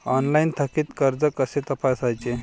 Online थकीत कर्ज कसे तपासायचे?